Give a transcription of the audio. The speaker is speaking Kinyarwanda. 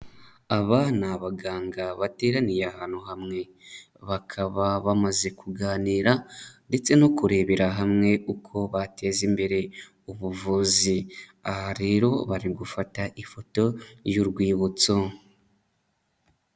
Aba ni abaganga bateraniye ahantu hamwe, bakaba bamaze kuganira ndetse no kurebera hamwe uko bateza imbere ubuvuzi, aha rero bari gufata ifoto y'urwibutso.